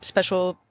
special